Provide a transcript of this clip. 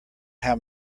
how